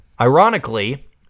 Ironically